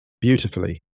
beautifully